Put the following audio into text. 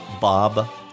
Bob